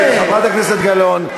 נא לשבת, חברת הכנסת גלאון.